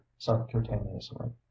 subcutaneously